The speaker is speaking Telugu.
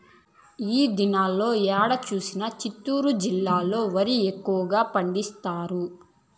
ఈ దినాల్లో ఏడ చూసినా చిత్తూరు జిల్లాలో వరి ఎక్కువగా పండిస్తారు